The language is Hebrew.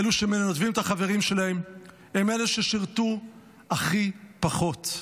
אלה שמנדבים את החברים שלהם הם אלה ששירתו הכי פחות,